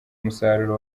umusaruro